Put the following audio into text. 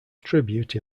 tribute